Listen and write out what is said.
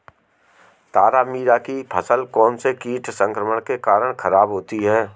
तारामीरा की फसल कौनसे कीट संक्रमण के कारण खराब होती है?